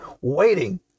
waiting